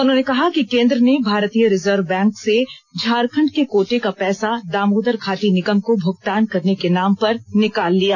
उन्होंने कहा कि केंद्र ने भारतीय रिजर्व बैंक से झारखड के कोटे का पैसा दामोदर घाटी निगम को भुगतान करने के नाम पर निकाल लिया